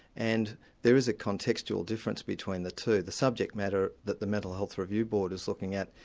and there is a contextual difference between the two. the subject matter that the mental health review board is looking at,